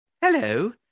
Hello